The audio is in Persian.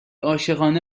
عاشقانه